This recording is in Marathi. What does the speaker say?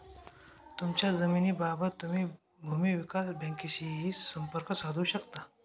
तुमच्या जमिनीबाबत तुम्ही भूमी विकास बँकेशीही संपर्क साधू शकता